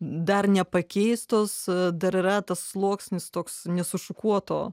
dar nepakeistos dar yra tas sluoksnis toks nesušukuoto